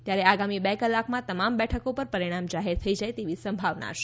ત્યારે આગામી બે કલાકમાં તમામ બેઠકો પર પરિણામ જાહેર થઇ જાય તેવી સંભાવના છે